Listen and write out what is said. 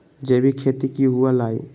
जैविक खेती की हुआ लाई?